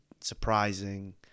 surprising